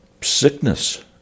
sickness